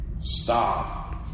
stop